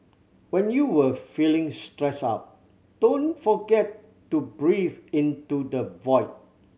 when you are feeling stressed out don't forget to breathe into the void